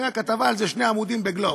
הייתה על זה כתבה של שני עמודים ב"גלובס".